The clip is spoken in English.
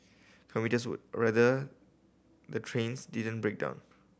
commuters would rather the trains didn't break down